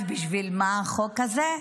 אז בשביל מה החוק הזה?